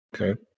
Okay